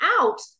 out